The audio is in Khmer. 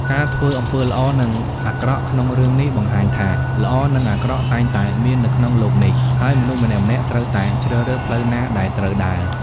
ការធ្វើអំពើល្អ និងអាក្រក់ក្នុងរឿងនេះបង្ហាញថា ល្អ និងអាក្រក់ តែងតែមាននៅក្នុងលោកនេះ ហើយមនុស្សម្នាក់ៗត្រូវតែជ្រើសរើសផ្លូវណាដែលត្រូវដើរ ។